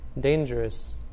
dangerous